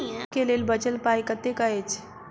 आइ केँ लेल बचल पाय कतेक अछि?